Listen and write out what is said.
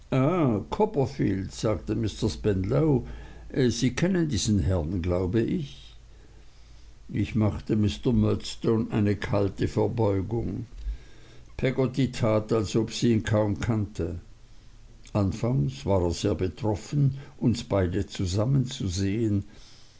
copperfield sagte mr spenlow sie kennen diesen herrn glaube ich ich machte mr murdstone eine kalte verbeugung peggotty tat als ob sie ihn kaum kannte anfangs war er sehr betroffen uns beide zusammenzusehen